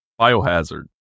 Biohazard